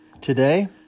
today